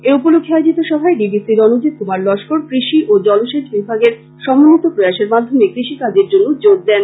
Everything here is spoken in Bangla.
এ উপলক্ষ্যে আয়োজিত সভায় D D C Ranjit Kumar Laskar কৃষি ও জলসেচ বিভাগের সমন্বিত প্রয়াসের মাধ্যমে কৃষিকাজের জন্য জোর দেন